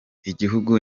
igihugu